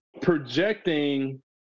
projecting